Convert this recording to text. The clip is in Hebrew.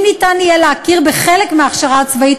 אם יימצא כי אפשר להכיר בחלק מההכשרה הצבאית,